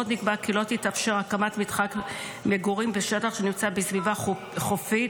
עוד נקבע כי לא תתאפשר הקמת מתחם מגורים בשטח שנמצא בסביבה חופית,